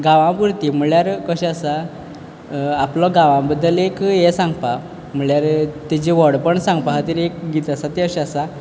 गांवां पुरती म्हणल्यार कशी आसा आपलो गांवां बद्दल एक हें सांगता म्हणल्यार तिजे व्हडपण सांगपा खातीर एक गीत आसा तें अशें आसा